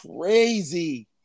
crazy